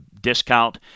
discount